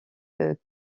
que